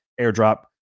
airdrop